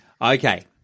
Okay